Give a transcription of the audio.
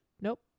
nope